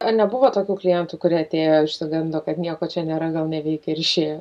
ar nebuvo tokių klientų kurie atėjo išsigando kad nieko čia nėra gal neveikia ir išėjo